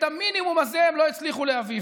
את המינימום הזה הם לא הצליחו להביא.